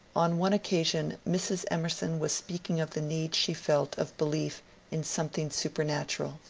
on one occasion mrs. emerson was speaking of the. need she felt of belief in something supernatural.